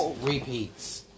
Repeats